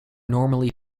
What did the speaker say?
normally